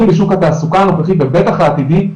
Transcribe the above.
בשוק התעסוקה הנוכחית ובטח העתידית,